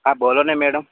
હા બોલોને મેડમ